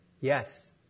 Yes